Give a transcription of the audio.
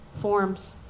forms